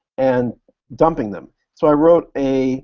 and dumping them. so i wrote a